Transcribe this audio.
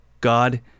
God